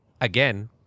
again